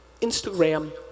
Instagram